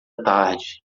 tarde